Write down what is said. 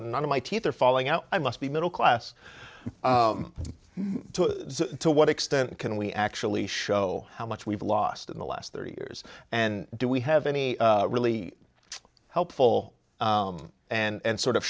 and none of my teeth are falling out i must be middle class to what extent can we actually show how much we've lost in the last thirty years and do we have any really helpful and sort of